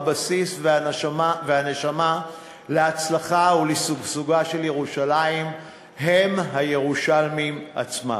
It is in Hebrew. הבסיס והנשמה להצלחה ולשגשוגה של ירושלים הם הירושלמים עצמם.